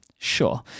Sure